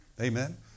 Amen